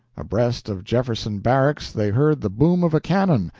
abreast of jefferson barracks they heard the boom of a cannon,